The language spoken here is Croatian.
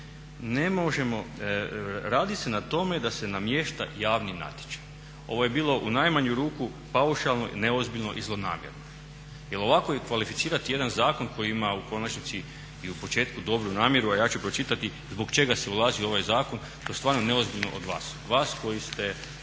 ne možemo, radi se na tome da se namješta javni natječaj. Ovo je bilo u najmanju ruku paušalno, neozbiljno i zlonamjerno. Jer ovako kvalificirati jedan zakon koji ima u konačnici i u početku dobru namjeru, a ja ću pročitati zbog čega se ulazi u ovaj zakon, to je stvarno neozbiljno od vas. Vas, koji ste